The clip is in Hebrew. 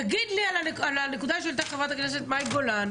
תגיב לי על הנקודה שהעלתה חבר הכנסת מאי גולן.